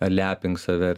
lepink save